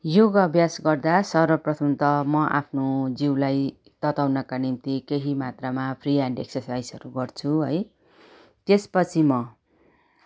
योग अभ्यास गर्दा सर्वप्रथम त म आफ्नो जिउलाई तताउनका निम्ति केही मात्रामा फ्री ह्यान्ड एक्सरसाइहरू गर्छु है त्यसपछि म